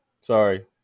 Sorry